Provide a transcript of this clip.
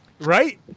Right